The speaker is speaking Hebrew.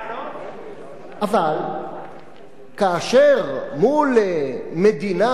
אבל כאשר מול מדינה יהודית ציונית